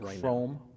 chrome